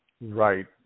Right